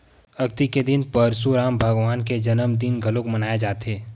अक्ती के दिन परसुराम भगवान के जनमदिन घलोक मनाए जाथे